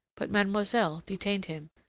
but mademoiselle detained him.